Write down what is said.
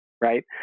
right